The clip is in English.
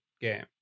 game